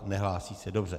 Nehlásí se dobře.